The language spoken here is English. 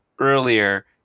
earlier